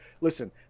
listen